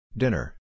Dinner